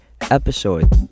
episode